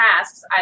tasks